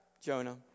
Jonah